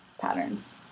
patterns